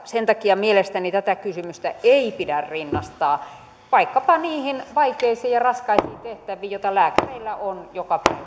sen takia mielestäni tätä kysymystä ei pidä rinnastaa vaikkapa niihin vaikeisiin ja raskaisiin tehtäviin joita lääkäreillä on joka päivä